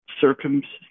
circumstance